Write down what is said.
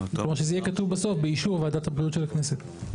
כלומר שזה יהיה כתוב בסוף באישור ועדת הבריאות של הכנסת.